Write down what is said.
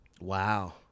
Wow